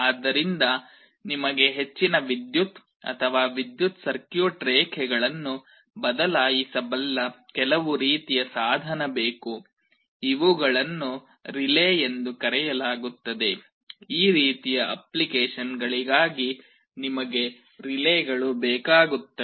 ಆದ್ದರಿಂದ ನಿಮಗೆ ಹೆಚ್ಚಿನ ವಿದ್ಯುತ್ ಅಥವಾ ವಿದ್ಯುತ್ ಸರ್ಕ್ಯೂಟ್ ರೇಖೆಗಳನ್ನು ಬದಲಾಯಿಸಬಲ್ಲ ಕೆಲವು ರೀತಿಯ ಸಾಧನ ಬೇಕು ಇವುಗಳನ್ನು ರಿಲೇ ಎಂದು ಕರೆಯಲಾಗುತ್ತದೆ ಆ ರೀತಿಯ ಅಪ್ಲಿಕೇಶನ್ಗಳಿಗಾಗಿ ನಿಮಗೆ ರಿಲೇಗಳು ಬೇಕಾಗುತ್ತವೆ